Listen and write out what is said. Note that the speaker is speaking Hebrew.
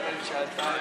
טוב מאוד.